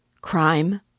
Crime